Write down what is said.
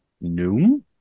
noon